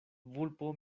vulpo